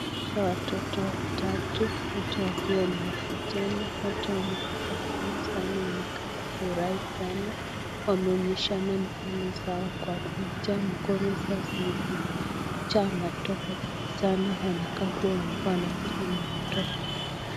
Naona watoto watatu wote wakiwa wasichana wote wametabasamu sana wanakaa kuwa na furaha wameonyeshana mkono zao kwa picha mikono zao zimejaa matope sana wanakaa kuwa walikuwa wanacheza na matope